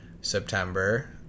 september